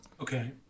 Okay